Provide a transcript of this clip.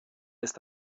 ist